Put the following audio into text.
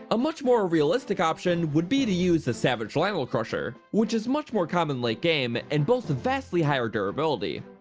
a much more realistic option would be to use the savage lynel crusher, which is much more common late game and boasts vastly higher durability.